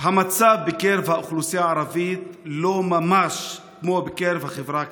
המצב בקרב האוכלוסייה הערבית לא ממש כמו בקרב החברה הכללית.